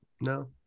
No